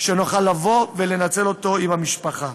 שנוכל לבוא ולנצל אותו עם המשפחה.